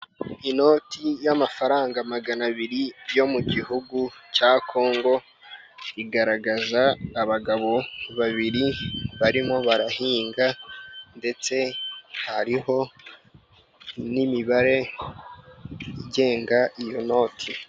Inoti y'amafaranga magana abiri yo mu gihugu cya Kongo, igaragaza abagabo babiri barimo barahinga ndetse hariho n'imibare igenga iyo noti.